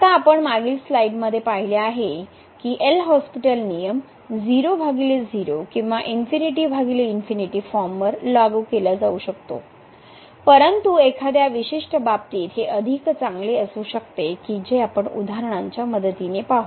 आता आपण मागील स्लाइडमध्ये पाहिले आहे की हा एल हॉस्पिटल नियम 00 किंवा ∞∞ फॉर्मवर लागू केला जाऊ शकतो परंतु एखाद्या विशिष्ट बाबतीत हे अधिक चांगले असू शकते जे आपण उदाहरणाच्या मदतीने पाहू